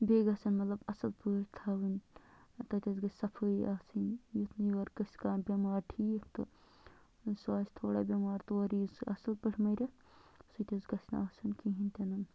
بیٚیہِ گَژھن مطلب اَصٕل پٲٹھۍ تھاوٕنۍ تَتہِ حظ گژھ صفٲیی آسٕنۍ یُتھ نہٕ یور کٲنٛسہِ کانٛہہ بٮ۪ٮمار ٹھیٖک تہٕ سُہ آسہِ تھوڑا بٮ۪ٮمار تورٕ یی سُہ اَصٕل پٲٹھۍ مٔرِتھ سُہ تہِ حظ گَژھِ نہٕ آسُن کِہیٖنۍ تہِ نن